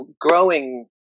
growing